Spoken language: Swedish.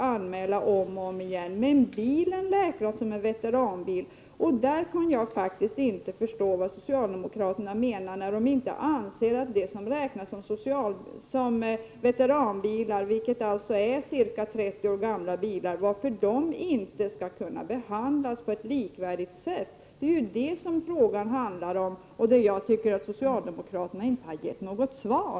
Jag kan faktiskt inte förstå vad socialdemokraterna menar när de inte anser att det som räknas som veteranbil, alltså ca 30 år gamla bilar och äldre, inte skall kunna behandlas på ett likvärdigt sätt. Det är detta frågan handlar om, och där har socialdemokraterna inte gett något svar.